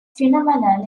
phenomenon